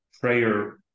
prayer